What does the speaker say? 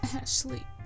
Ashley